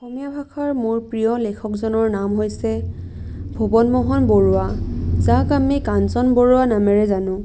অসমীয়া ভাষাৰ মোৰ প্ৰিয় লেখকজনৰ নাম হৈছে ভূৱন মোহন বৰুৱা যাক আমি কাঞ্চন বৰুৱা নামেৰে জানো